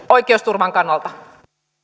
oikeusturvan kannalta